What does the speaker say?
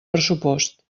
pressupost